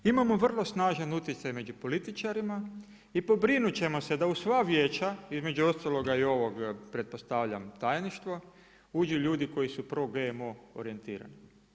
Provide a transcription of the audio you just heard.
Imamo vrlo snažan utjecaj među političarima i pobrinut ćemo se da u sva vijeća između ostaloga i ovog pretpostavljam tajništvo uđu ljudi koji su pro GMO orijentirani.